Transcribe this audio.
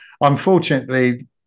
Unfortunately